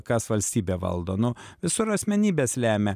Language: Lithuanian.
kas valstybę valdo nu visur asmenybės lemia